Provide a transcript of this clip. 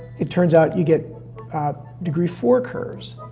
it turns out you get degree four curves.